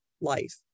life